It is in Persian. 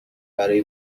برای